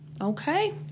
Okay